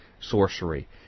sorcery